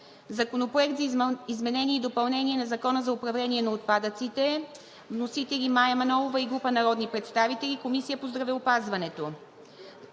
Законопроект за изменение и допълнение на Закона за управление на отпадъците. Вносители – Мая Манолова и група народни представители. Водеща е Комисията по здравеопазването.